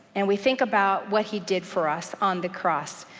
and we think about what he did for us on the cross,